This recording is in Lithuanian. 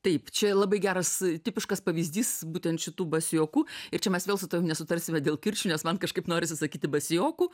taip čia labai geras tipiškas pavyzdys būtent šitų basiokų ir čia mes vėl su tavim nesutarsime dėl kirčių nes man kažkaip norisi sakyti balsiokų